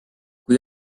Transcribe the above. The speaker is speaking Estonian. kui